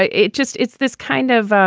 ah it just it's this kind of.